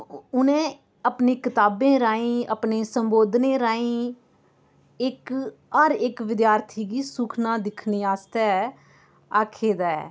उनें अपनी कताबे राहें अपने संबोधनें राहें इक हर इक विधार्थी गी सुक्खना दिक्खने आस्तै आक्खे दा ऐ